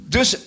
Dus